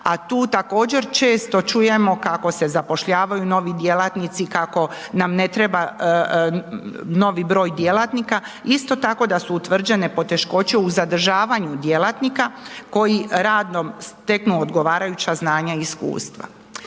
a tu također često čujemo kako se zapošljavaju novi djelatnici, kako nam ne treba novi broj djelatnika, isto tako da su utvrđene poteškoće u zadržavaju djelatnika, koji radom steknu odgovarajuća znanja i iskustva.